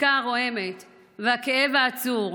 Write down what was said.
השתיקה הרועמת והכאב העצור,